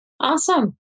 Awesome